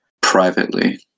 privately